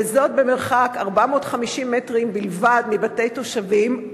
במרחק 450 מטרים מבתי תושבים,